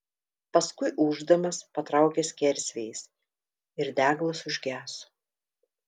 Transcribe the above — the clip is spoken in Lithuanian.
paskui ūždamas patraukė skersvėjis ir deglas užgeso